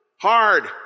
hard